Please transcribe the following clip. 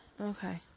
Okay